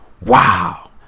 Wow